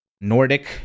Nordic